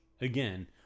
Again